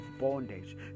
bondage